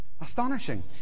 Astonishing